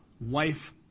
wife